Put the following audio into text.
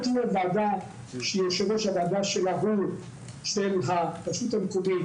לא תהיה ועדה שיושב-ראש הוועדה שלה הוא של הרשות המקומית,